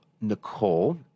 Nicole